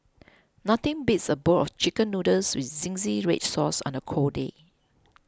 nothing beats a bowl of Chicken Noodles with Zingy Red Sauce on a cold day